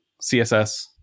CSS